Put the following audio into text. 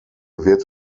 wird